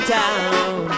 town